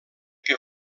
que